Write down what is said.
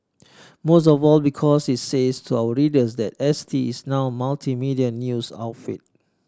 most of all because it says to our readers that S T is now a multimedia news outfit